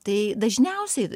tai dažniausiai